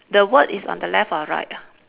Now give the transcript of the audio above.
the word is on the left or right ah